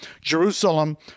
Jerusalem